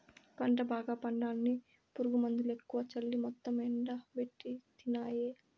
పంట బాగా పండాలని పురుగుమందులెక్కువ చల్లి మొత్తం ఎండబెట్టితినాయే